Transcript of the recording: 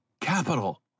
Capital